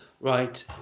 right